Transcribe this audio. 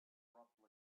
abruptly